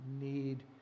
need